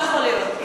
לא יכול להיות.